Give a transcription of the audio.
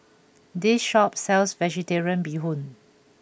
this shop sells Vegetarian Bee Hoon